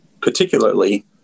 particularly